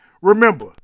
Remember